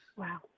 Wow